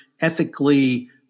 ethically